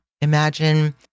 imagine